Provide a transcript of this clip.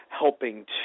helping